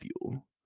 fuel